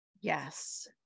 Yes